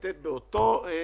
ממשיכים לתת את אותו דבר.